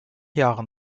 jahren